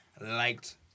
liked